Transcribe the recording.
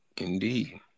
indeed